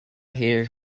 hir